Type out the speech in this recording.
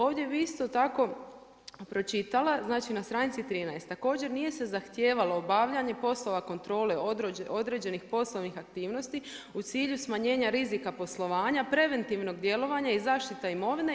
Ovdje bih isto tako pročitala, znači na stranici 13. također nije se zahtijevalo obavljanje poslova kontrole određenih poslovnih aktivnosti u cilju smanjenja rizika poslovanja, preventivnog djelovanja i zaštita imovine.